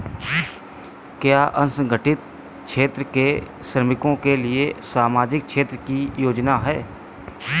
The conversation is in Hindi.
क्या असंगठित क्षेत्र के श्रमिकों के लिए कोई सामाजिक क्षेत्र की योजना है?